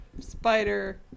spider